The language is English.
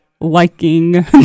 liking